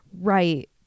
right